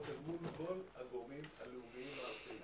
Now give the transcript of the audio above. אל מול כל הגורמים הלאומיים והארציים,